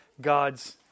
God's